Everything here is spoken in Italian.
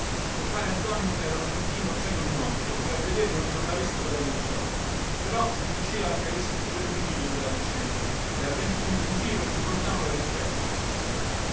compare antonio era un omettino cieco dun occhio che al vederlo non lavreste pagato un soldo però si diceva che avesse più di un omicidio sulla sua coscienza e a venti miglia in giro gli portavano rispetto